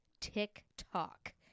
TikTok